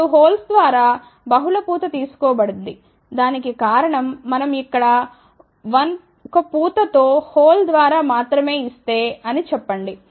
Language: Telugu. ఇప్పుడు హోల్స్ ద్వారా బహుళ పూత తీసుకోబడింది దానికి కారణం మనం ఇక్కడ 1 పూతతో హోల్ ద్వారా మాత్రమే ఇస్తే అని చెప్పండి